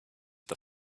the